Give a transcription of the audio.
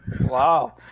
Wow